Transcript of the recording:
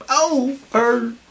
over